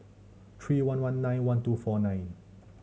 three one one nine one two four nine